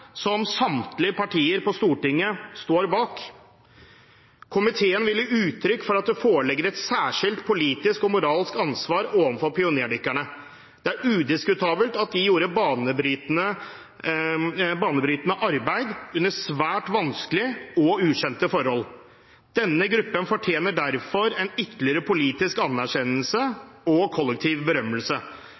som samtlige partier på Stortinget står bak: «Komiteen vil gi uttrykk for at det foreligger et særskilt politisk og moralsk ansvar overfor pionerdykkerne. Det er udiskutabelt at de gjorde et banebrytende arbeid under svært vanskelige og ukjente forhold. Denne gruppen fortjener derfor en ytterligere politisk anerkjennelse og kollektiv berømmelse.